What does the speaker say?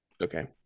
Okay